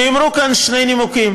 נאמרו כאן שני נימוקים,